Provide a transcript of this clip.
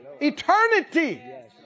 Eternity